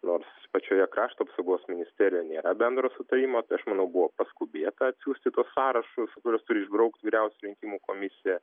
nors pačioje krašto apsaugos ministerijoj nėra bendro sutarimo tai aš manau buvo paskubėta atsiųsti tuos sąrašus kuriuos turi išbraukti vyriausioji rinkimų komisija